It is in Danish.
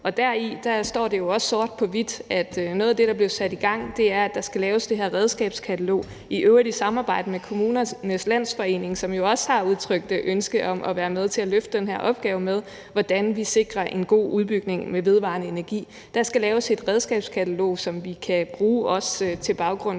for deri står det jo også sort på hvidt, at noget af det, der bliver sat i gang, er, at der skal laves det her redskabskatalog, i øvrigt i et samarbejde med Kommunernes Landsforening, som jo også har udtrykt ønske om at være med til at løfte den her opgave om, hvordan vi sikrer en god udbygning med vedvarende energi. Der skal laves et redskabskatalog, som vi også kan bruge som baggrund